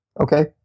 okay